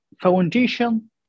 foundation